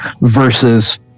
versus